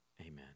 Amen